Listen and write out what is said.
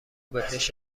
بهش